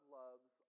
loves